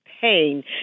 pain